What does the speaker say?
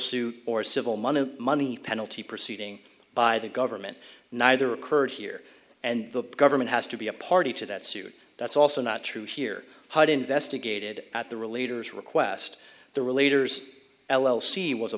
suit or civil money money penalty proceeding by the government neither occurred here and the government has to be a party to that suit that's also not true here hud investigated at the real leaders request the relator l l c was a